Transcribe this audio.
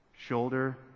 shoulder